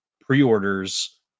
pre-orders